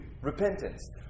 repentance